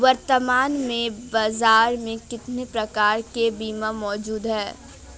वर्तमान में बाज़ार में कितने प्रकार के बीमा मौजूद हैं?